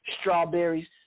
strawberries